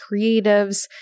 creatives